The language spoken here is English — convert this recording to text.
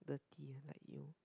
dirty ah like you